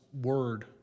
word